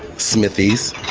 smithies.